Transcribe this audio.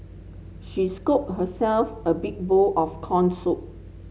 she scooped herself a big bowl of corn soup